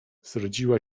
zrodziła